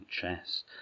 chest